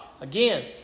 Again